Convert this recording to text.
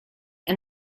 and